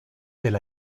del